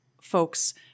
folks